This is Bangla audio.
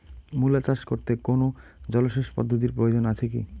মূলা চাষ করতে কোনো জলসেচ পদ্ধতির প্রয়োজন আছে কী?